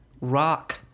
rock